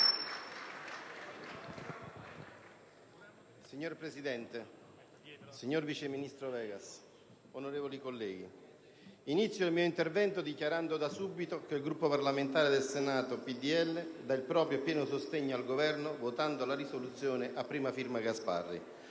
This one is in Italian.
Signor Presidente, signor vice ministro Vegas, onorevoli colleghi, inizio il mio intervento dichiarando da subito che il Gruppo del PdL del Senato darà il proprio pieno sostegno al Governo, votando a favore della proposta di risoluzione a prima firma Gasparri